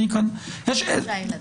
שישה.